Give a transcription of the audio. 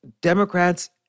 Democrats